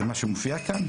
זה מה שמופיע כאן?